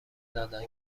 دادند